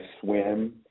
swim